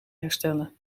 herstellen